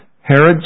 Herod's